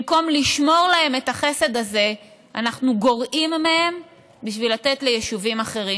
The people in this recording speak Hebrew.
במקום לשמור להם את החסד הזה אנחנו גורעים מהם כדי לתת ליישובים אחרים.